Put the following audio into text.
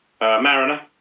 Mariner